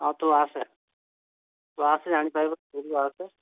ହଁ ତୁ ଆସେ ତୁ ଆସେ ଜାଣିପାରିବୁ ସ୍କୁଲ ଆସେ